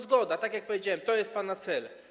Zgoda, tak jak powiedziałem, to jest pana cel.